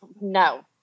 no